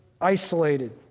isolated